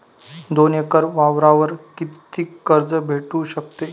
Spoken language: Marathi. दोन एकर वावरावर कितीक कर्ज भेटू शकते?